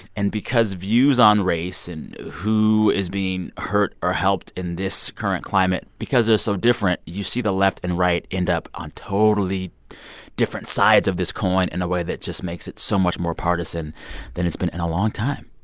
and because views on race and who is being hurt or helped in this current climate because they're so different, you see the left and right end up on totally different sides of this coin in a way that just makes it so much more partisan than it's been in a long time